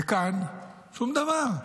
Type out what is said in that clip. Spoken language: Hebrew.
וכאן, שום דבר.